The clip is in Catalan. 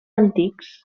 antics